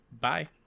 Bye